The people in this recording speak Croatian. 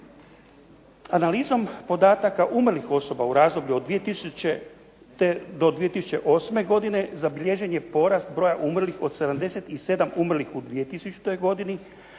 Analizom podataka umrlih osoba u razdoblju od 2000. do 2008. godine zabilježen je porast broja umrlih od 177 umrlih u 2000. godini